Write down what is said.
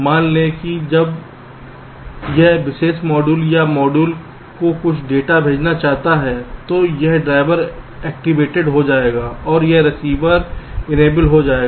मान लें कि जब यह विशेष मॉड्यूल इस मॉड्यूल को कुछ डेटा भेजना चाहता है तो यह ड्राइवर एक्टिवेट हो जाएगा और यह रिसीवर इनेबल हो जाएगा